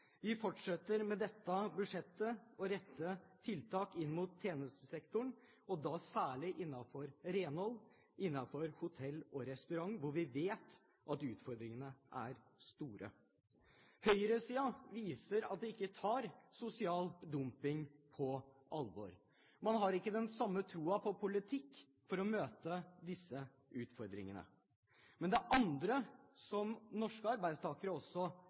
Vi fortsetter med dette budsjettet å rette tiltak inn mot tjenestesektoren og da særlig innen renhold i hotell- og restaurantbransjen, hvor vi vet at utfordringene er store. Høyresiden viser at de ikke tar sosial dumping på alvor. Man har ikke den samme troen på politikk for å møte disse utfordringene. Det andre som norske arbeidstakere også